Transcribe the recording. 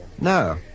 No